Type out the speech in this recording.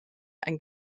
and